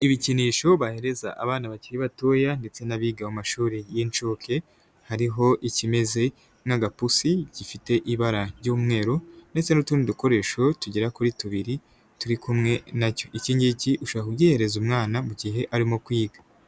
Ibikinisho bahereza abana bakiri batoya ndetse n'abiga mu mashuri y'inshuke, hariho ikimeze nk'agapusi gifite ibara ry'umweru ndetse n'utundi dukoresho tugera kuri tubiri turi kumwe na cyo, iki ngiki uhsobora kugihereza umwana mu gihe arimo kwiga.